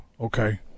okay